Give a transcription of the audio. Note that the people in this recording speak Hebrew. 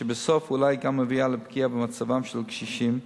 שבסוף אולי גם מביאה לפגיעה במצבם של הקשישים,